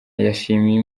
yashimiye